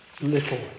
little